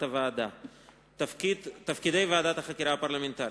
הוועדה: 1. תפקידי ועדת החקירה הפרלמנטרית,